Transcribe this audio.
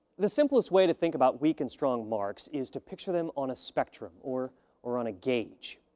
the simplest way to think about weak and strong marks is to picture them on a spectrum or or on a gauge.